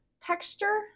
texture